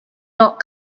not